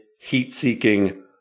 heat-seeking